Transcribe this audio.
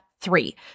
three